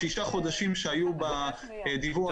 השישה חודשים שהיו בנוסח המקורי.